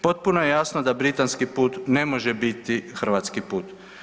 Potpuno je jasno da britanski put ne može biti hrvatski put.